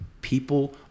people